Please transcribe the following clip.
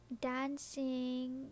dancing